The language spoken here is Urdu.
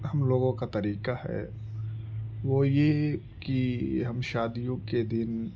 ہم لوگوں کا طریقہ ہے وہ یہ کہ ہم شادیوں کے دن